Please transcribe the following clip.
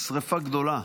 שרפה גדולה.